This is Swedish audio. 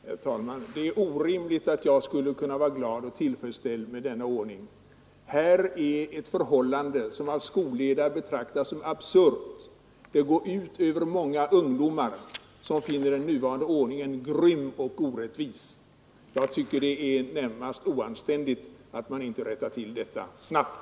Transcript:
Herr talman! Det är orimligt att jag skulle kunna vara glad och tillfredsställd med denna ordning. Här är ett förhållande som av skolledare betraktas som absurt. Det går ut över många ungdomar som finner den nuvarande ordningen grym och orättvis. Jag tycker det är närmast ofattbart att man inte rättar till detta snabbt.